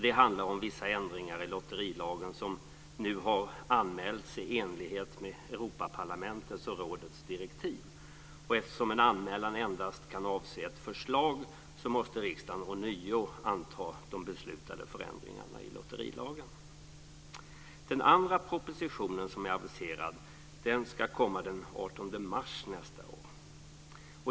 Det handlar om vissa ändringar i lotterilagen som nu har anmälts i enlighet med Europaparlamentets och rådets direktiv. Eftersom en anmälan endast kan avse ett förslag måste riksdagen ånyo anta de beslutade förändringarna i lotterilagen. Den andra propositionen som är aviserad ska komma den 18 mars nästa år.